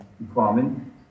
requirement